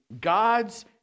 God's